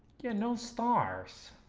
yeah no stars